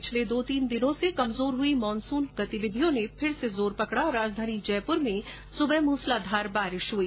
पिछले दो तीन दिनों से कमजोर हुई मॉनसूनी गतिविधियों ने जोर पकड़ा और राजधानी जयपुर में सुबह मूसलाधार बारिश हुई